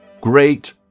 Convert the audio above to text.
Great